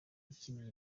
yakiniye